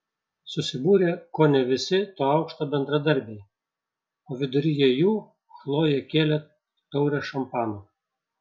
susibūrė kone visi to aukšto bendradarbiai o viduryje jų chlojė kėlė taurę šampano